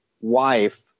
wife